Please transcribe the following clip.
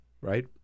right